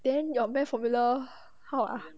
then your math formula how ah